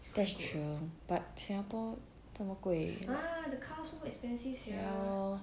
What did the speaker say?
that's true but Singapore 这么贵 ya lor